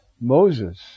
Moses